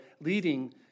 leading